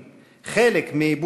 חלק מהפנמת הלקחים,